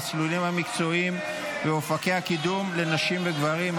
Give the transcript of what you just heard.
המסלולים המקצועיים ואופקי הקידום לנשים וגברים),